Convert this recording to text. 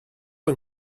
yng